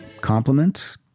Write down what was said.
compliments